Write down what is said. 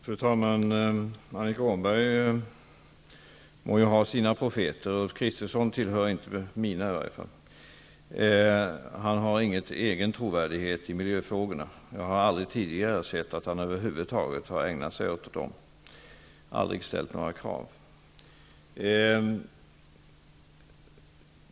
Fru talman! Annika Åhnberg må ha sina profeter. Ulf Kristersson tillhör i varje fall inte mina. Han har ingen egen trovärdighet i miljöfrågorna, och jag har aldrig tidigare sett att han över huvud taget har ägnat sig åt dessa frågor och ställt några krav.